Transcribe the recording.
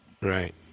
right